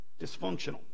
dysfunctional